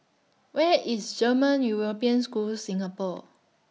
Where IS German European School Singapore